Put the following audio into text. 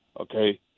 okay